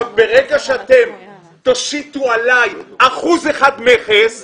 ברגע שאתם תשיתו עלי אחוז אחד מכס,